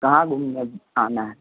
कहाँ घूमने आना है